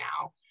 now